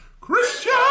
Christian